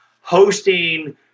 hosting